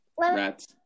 Rats